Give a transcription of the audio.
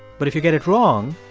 but if you get it wrong,